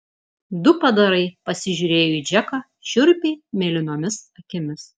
du padarai pasižiūrėjo į džeką šiurpiai mėlynomis akimis